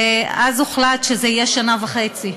ואז הוחלט שזה יהיה שנה וחצי.